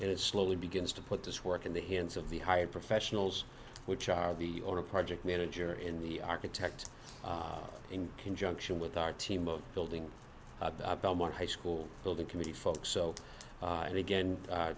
it slowly begins to put this work in the hands of the hired professionals which are the on a project manager in the architect in conjunction with our team of building one high school building committee folks so and again